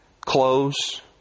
clothes